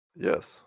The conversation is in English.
Yes